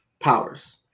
powers